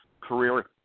career